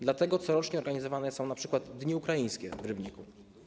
Dlatego corocznie organizowane są np. dni ukraińskie w Rybniku.